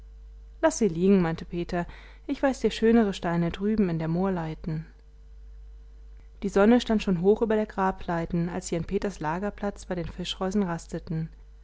laß sie liegen meinte peter ich weiß dir schönere steine drüben in der moorleiten die sonne stand schon hoch über der grableiten als sie an peters lagerplatz bei den fischreusen rasteten